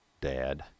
dad